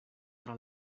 tra